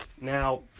now